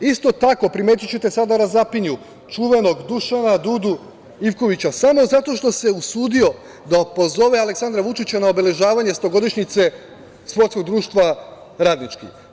Isto tako, primetićete sad da razapinju čuvenog Dušana Dudu Ivkovića samo zato što se usudio da pozove Aleksandra Vučića na obeležavanje stogodišnjice Sportskog društva „Radnički“